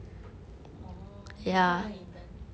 orh 你在哪里 intern